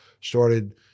started